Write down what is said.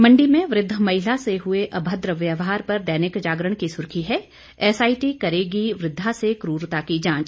मंडी में वृद्ध महिला से हुए अभद्र व्यवहार पर दैनिक जागरण की सुर्खी है एसआईटी करेगी वृद्धा से कूरता की जांच